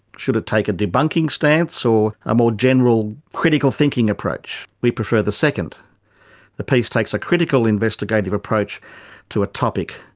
should it take a debunking stance, or a more general critical thinking approach? we prefer the second the piece takes a critical investigative approach to a topic,